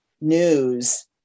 news